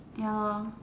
ya lor